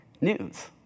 news